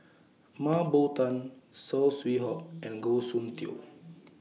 Mah Bow Tan Saw Swee Hock and Goh Soon Tioe